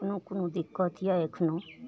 कोनो कोनो दिक्कत यऽ एखनो